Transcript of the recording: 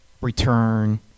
return